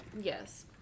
yes